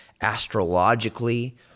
astrologically